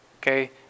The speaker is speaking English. Okay